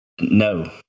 No